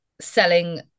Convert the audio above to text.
selling